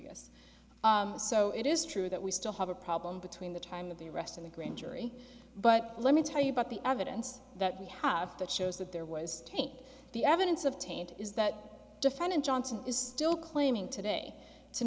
with us so it is true that we still have a problem between the time of the rest of the grand jury but let me tell you about the evidence that we have that shows that there was take the evidence of taint is that defendant johnson is still claiming today to